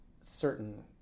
certain